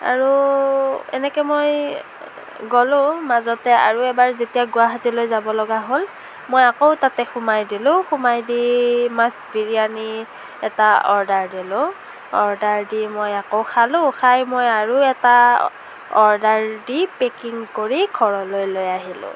আৰু এনেকে মই গ'লোঁ মাজতে আৰু এবাৰ যেতিয়া গুৱাহাটীলৈ যাব লগা হ'ল মই আকৌ তাতে সোমাই দিলোঁ সোমাই দি মাষ্ট বিৰিয়ানী এটা অৰ্ডাৰ দিলোঁ অৰ্ডাৰ দি মই আকৌ খালোঁ খাই মই আৰু এটা অৰ্ডাৰ দি পেকিং কৰি ঘৰলৈ লৈ আহিলোঁ